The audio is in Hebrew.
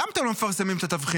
למה אתם לא מפרסמים את התבחינים,